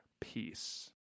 peace